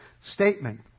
statement